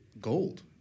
gold